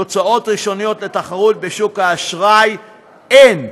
תוצאות ראשונות לתחרות בשוק האשראי אין,